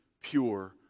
pure